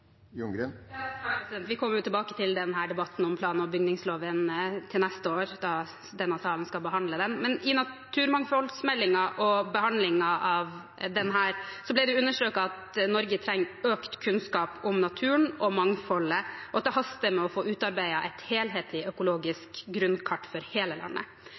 Vi kommer tilbake til debatten om plan- og bygningsloven til neste år, når denne salen skal behandle den. Men i naturmangfoldsmeldingen og behandlingen av den ble det understreket at Norge trenger økt kunnskap om naturen og mangfoldet, og at det haster med å få utarbeidet et helhetlig økologisk grunnkart for hele landet.